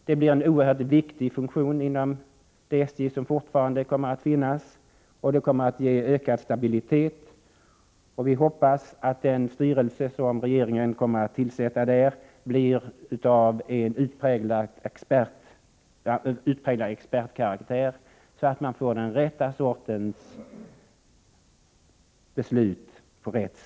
Det blir en oerhört viktig funktion inom det SJ som fortfarande kommer att finnas, och det kommer att ge ökad stabilitet. Vi hoppas att den styrelse som regeringen kommer att tillsätta blir av utpräglad expertkaraktär, så att de rätta besluten fattas.